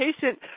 patient